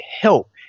help